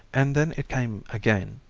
and then it came again,